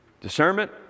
Discernment